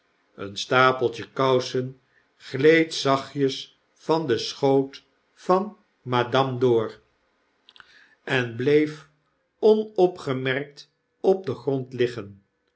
een stapeltje kousen gleed zachtjes van den schoot van madame dor en bleef onopgemerkt op den grond liggen